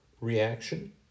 reaction